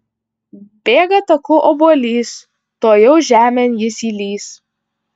bėga taku obuolys tuojau žemėn jis įlįs